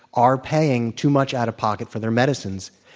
are paying too much out of pocket for their medicines,